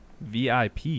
VIP